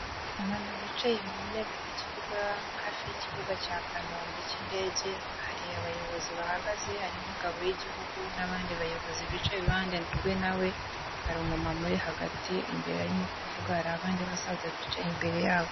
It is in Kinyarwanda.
Abantu bicaye mu ntebe ku kibuga hafi y'ikibuga cya kanombe cy'indege hari abayobozi bahagaze harimo ingabo y'igihugu n'abandi bayobozi bicaye iruhande rwe nawe, hari umu mama uri hagati imbere arimo kuvuga hari abandi basaza bicaye imbere yabo.